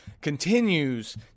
continues